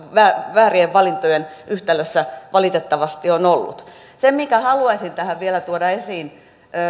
väärien valintojen yhtälössä valitettavasti on ollut se minkä haluaisin tähän vielä tuoda esiin